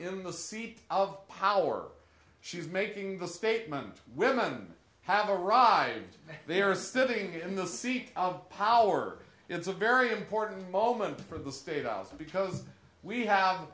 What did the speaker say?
in the seat of power she's making the statement women have arrived they are sitting in the seat of power it's a very important moment for the state house because we have